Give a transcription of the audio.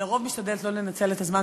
שלרוב אני משתדלת לא לנצל את הזמן,